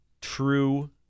true